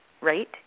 right